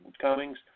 Cummings